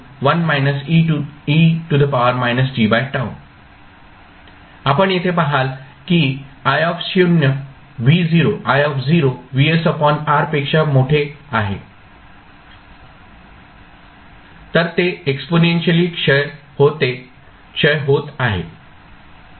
आपण येथे पाहाल की i Vs R पेक्षा मोठे आहे तर ते एक्सपोनेन्शियली क्षय होत आहे